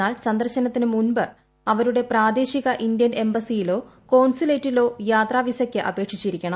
എന്നാൽ സന്ദർശനത്തിനു മുമ്പ് അവരുടെ പ്രാദേശി ഇന്ത്യൻ എംബസിയിലോ കോൺസുലേറ്റിലോ യാത്രാ വിസയ്ക്ക് അപേക്ഷിച്ചിരിക്കണം